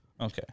Okay